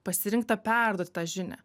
pasirinkta perduot tą žinią